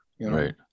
Right